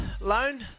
loan